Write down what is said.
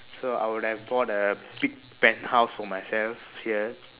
so I would have bought a big penthouse for myself here